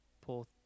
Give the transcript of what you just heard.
pull